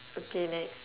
okay next